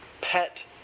pet